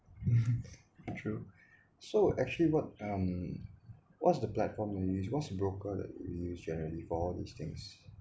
true so actually what um what's the platform that you use what's the broker that you use generally for all these things